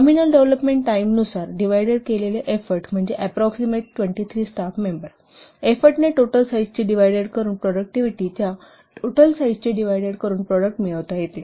nominal development टाईमनुसार divided केलेले effort म्हणजे ऍप्रोक्स 23 स्टाफ मेंबर एफोर्टने टोटल साईजचे डिव्हायडेड करून प्रॉडक्टिव्हिटी च्या टोटल साईजचे डिव्हायडेड करून प्रॉडक्ट मिळवता येते